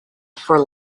for